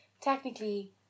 Technically